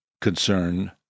concern